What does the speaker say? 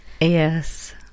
Yes